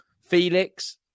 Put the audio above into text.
Felix